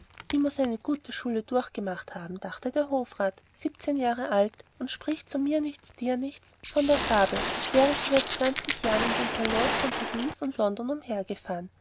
die muß eine gute schule durchgemacht haben dachte der hofrat siebzehn jahre alt und spricht so mir nichts dir nichts von der farbe als wäre sie seit zwanzig jahren in den salons von paris und london umhergefahren